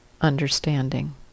understanding